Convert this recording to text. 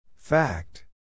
Fact